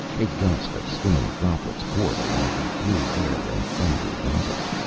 a gust of stinging droplets poured along the blue air and thunder rumbled.